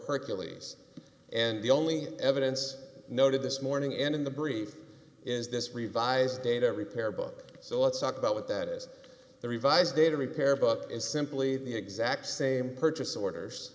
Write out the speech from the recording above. hercules and the only evidence noted this morning in the brief is this revised data repair book so let's talk about what that is the revised data repair book is simply the exact same purchase orders